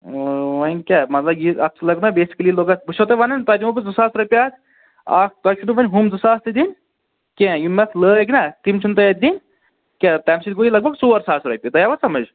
وۄنۍ کیٛاہ مطلب یہِ اَتھ تہِ لوٚگ نا بیسِکلی لوٚگ اَتھ بہٕ چھُس تۄہہِ وَنان تۄہہِ دِمو بہٕ زٕ ساس رۄپیہِ اَتھ آ تۄہہِ چھُنہٕ وۄنۍ ہُم زٕ ساس تہِ دِنۍ کیںٛہہ یِم اَتھ لٲگۍ نا تِم چھُنہٕ تۄہہِ اَتھ دِنۍ کینٛہہ تَمہِ سۭتۍ گوٚو یہِ لگ بگ ژور ساس رۄپیہِ تۄہہِ آوا سَمٕجھ